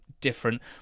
different